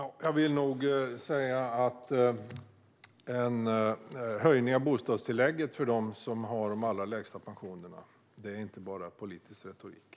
Fru talman! Jag vill nog säga att en höjning av bostadstillägget för dem som har de allra lägsta pensionerna inte bara är politisk retorik.